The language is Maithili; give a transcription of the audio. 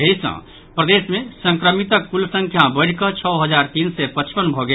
एहि सँ प्रदेश मे संक्रमितक कुल संख्या बढ़ि कऽ छओ हजार तीन सय पचपन भऽ गेल